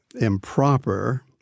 improper—